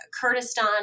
Kurdistan